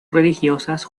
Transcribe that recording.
religiosas